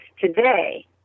today